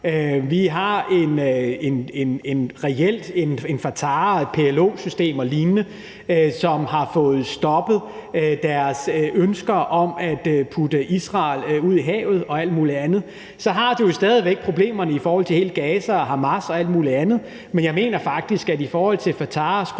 Vi har reelt et Fatah og et PLO-system og lignende, som har fået stoppet ønskerne om at skubbe Israel ud i havet og alt muligt andet. De har jo så stadig væk problemerne i forhold til hele Gaza og Hamas og alt muligt andet. Men jeg mener faktisk, at vi i forhold til Fatah skråstreg